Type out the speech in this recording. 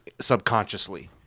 subconsciously